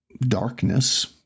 Darkness